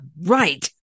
right